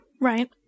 Right